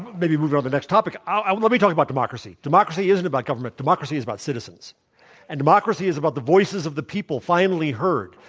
maybe move on the next topic. i want let me talk about democracy. democracy isn't about government. democracy is about citizens and democracy is about the voices of the people finally heard.